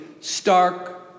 stark